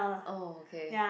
oh okay